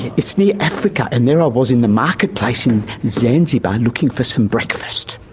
it's near africa, and there i was in the marketplace in zanzibar looking for some breakfast,